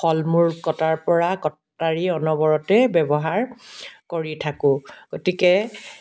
ফল মূল কটাৰ পৰা কটাৰীৰ অনবৰতে ব্যৱহাৰ কৰি থাকো গতিকে